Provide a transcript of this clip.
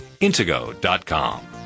Intego.com